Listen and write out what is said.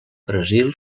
brasil